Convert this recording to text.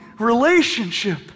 relationship